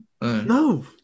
no